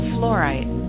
Fluorite